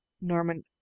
norman